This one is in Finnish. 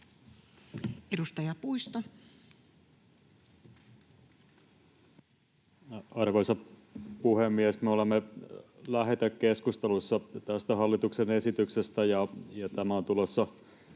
Content: Arvoisa puhemies! Me olemme lähetekeskustelussa tästä hallituksen esityksestä. Tämä esitys on tulossa